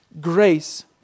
grace